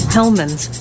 Hellman's